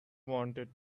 wanted